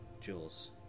Jules